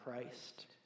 Christ